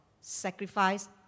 sacrifice